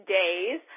days